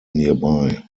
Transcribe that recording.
nearby